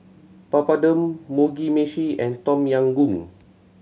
Papadum Mugi Meshi and Tom Yam Goong